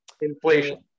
inflation